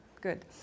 good